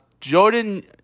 Jordan